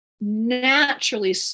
naturally